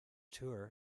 tour